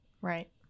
right